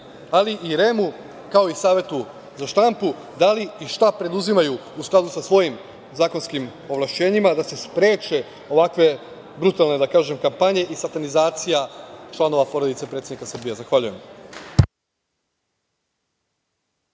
ali i REM-u, kao i Savetu za štampu, da li i šta preduzimaju u skladu sa svojim zakonskim ovlašćenjima da se spreče ovakve brutalne kampanje i satanizacija članova porodice predsednika Srbije? Zahvaljujem.